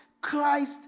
Christ